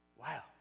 Wow